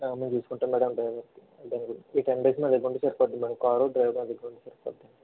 మేం చూసుకుంటాం madam driver కి ఈ టెన్ డేస్ మా దగ్గరుంటే సరిపోద్ది మ్యాడం కారు డ్రైవరు మా దగ్గరుంటే సరిపోద్ది